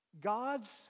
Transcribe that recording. God's